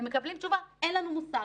הם מקבלים תשובה, אין לנו מושג.